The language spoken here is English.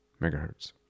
megahertz